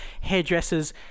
hairdressers